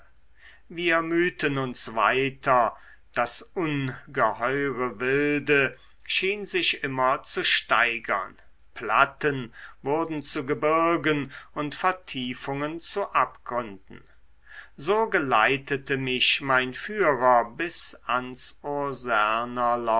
wir mühten uns weiter das ungeheure wilde schien sich immer zu steigern platten wurden zu gebirgen und vertiefungen zu abgründen so geleitete mich mein führer bis ans